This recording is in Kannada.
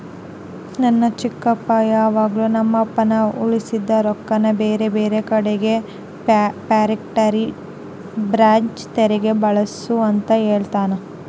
ನನ್ನ ಚಿಕ್ಕಪ್ಪ ಯಾವಾಗಲು ನಮ್ಮಪ್ಪಗ ಉಳಿಸಿದ ರೊಕ್ಕನ ಬೇರೆಬೇರೆ ಕಡಿಗೆ ಫ್ಯಾಕ್ಟರಿಯ ಬ್ರಾಂಚ್ ತೆರೆಕ ಬಳಸು ಅಂತ ಹೇಳ್ತಾನಾ